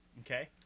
Okay